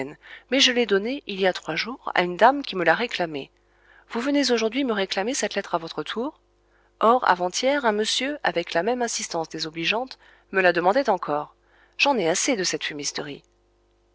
mais je l'ai donnée il y a trois jours à une dame qui me l'a réclamée vous venez aujourd'hui me réclamer cette lettre à votre tour or avant-hier un monsieur avec la même insistance désobligeante me la demandait encore j'en ai assez de cette fumisterie